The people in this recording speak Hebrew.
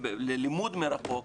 ללימוד מרחוק,